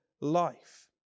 life